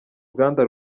ruganda